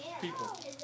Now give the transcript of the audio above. people